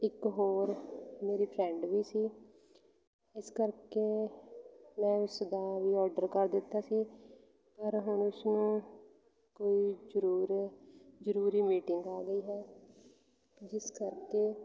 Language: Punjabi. ਇੱਕ ਹੋਰ ਮੇਰੀ ਫਰੈਂਡ ਵੀ ਸੀ ਇਸ ਕਰਕੇ ਮੈਂ ਉਸਦਾ ਵੀ ਔਡਰ ਕਰ ਦਿੱਤਾ ਸੀ ਪਰ ਹੁਣ ਉਸਨੂੰ ਕੋਈ ਜ਼ਰੂਰ ਜ਼ਰੂਰੀ ਮੀਟਿੰਗ ਆ ਗਈ ਹੈ ਜਿਸ ਕਰਕੇ